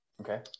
Okay